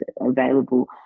available